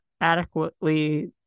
adequately